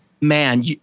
Man